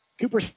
Cooper